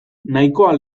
nahikoa